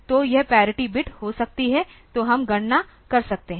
तो यह parity bit हो सकती है तो हम गणना कर सकते हैं